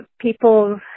people